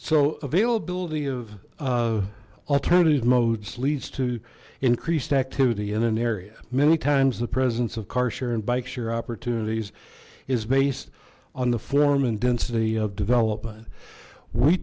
so availability of alternative modes leads to increased activity in an area many times the presence of car share and bike share opportunities is based on the form and density of development we